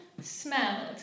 smelled